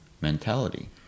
mentality